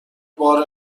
بار